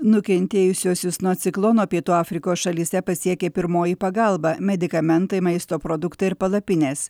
nukentėjusiuosius nuo ciklono pietų afrikos šalyse pasiekė pirmoji pagalba medikamentai maisto produktai ir palapinės